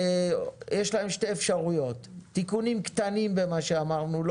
יש להם שתי אפשרויות: תיקונים קטנים במה שאמרנו.